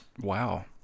Wow